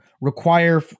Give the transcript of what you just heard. require